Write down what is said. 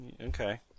Okay